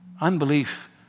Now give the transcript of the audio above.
unbelief